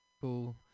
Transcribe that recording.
Cool